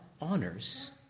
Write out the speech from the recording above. honors